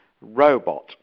robot